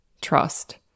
trust